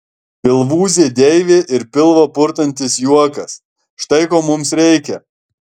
pilvūzė deivė ir pilvą purtantis juokas štai ko mums reikia